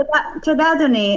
תודה, אדוני.